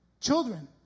children